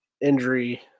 injury